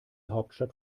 hauptstadt